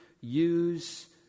use